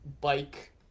bike